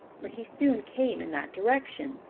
for he soon came in that direction.